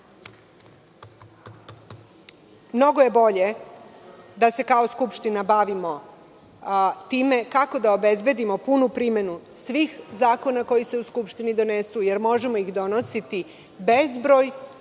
mnogo je bolje da se kao Skupština bavimo time kako da obezbedimo punu primenu svih zakona koji se u Skupštini donesu, jer možemo ih donositi bezbroj